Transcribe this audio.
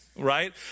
right